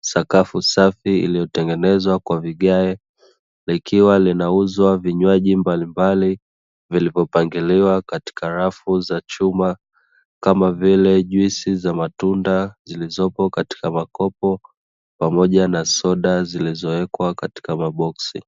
Sakafu safi ililotengenezwa kwa vigae, likiwa linauzwa vinywaji mbalimbali vilivyopangiliwa katika safu za chuma kama vile, Juisi za matunda zilizopo katika makopo pamoja na soda zilizowekwa katika maboksi.